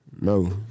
No